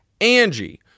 Angie